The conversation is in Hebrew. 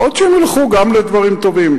יכול להיות שהם ילכו גם לדברים טובים.